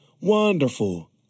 Wonderful